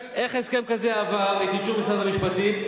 איך הסכם כזה עבר את אישור שר המשפטים,